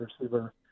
receiver